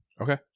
Okay